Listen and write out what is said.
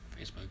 Facebook